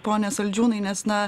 pone saldžiūnai nes na